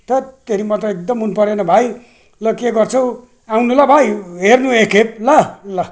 थत्तेरी म त एकदम मनपरेन भाइ ल के गर्छौ आउनु ल भाइ हेर्नु एकखेप ल ल